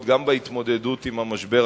שיתווכח עם מה